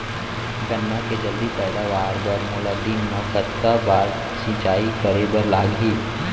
गन्ना के जलदी पैदावार बर, मोला दिन मा कतका बार सिंचाई करे बर लागही?